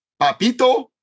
Papito